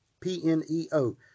P-N-E-O